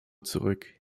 zurück